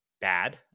bad